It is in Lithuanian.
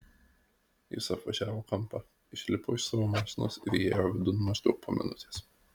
jis apvažiavo kampą išlipo iš savo mašinos ir įėjo vidun maždaug po minutės